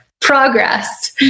progress